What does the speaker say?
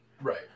Right